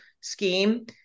scheme